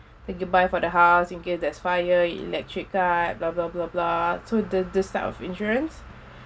that you buy for the house in case there's fire electric cut blah blah blah blah so the this type of insurance